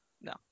No